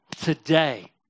today